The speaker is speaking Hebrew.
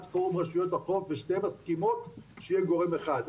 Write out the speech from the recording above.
רשויות החוף ושניהם מסכימים שיהיה גורם אחד,